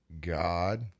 God